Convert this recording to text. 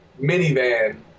minivan